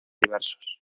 diversos